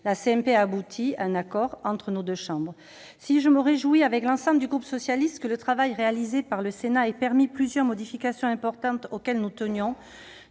La CMP a abouti à un accord entre nos deux chambres. Si je me réjouis, avec l'ensemble des membres du groupe socialiste, que le travail réalisé par le Sénat ait permis plusieurs modifications importantes auxquelles nous tenions,